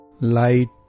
Light